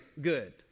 good